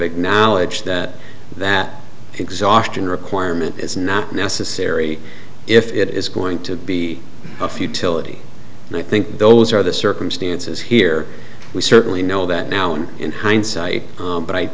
acknowledged that that exhaustion requirement is not necessary if it is going to be a futility and i think those are the circumstances here we certainly know that now and in hindsight but i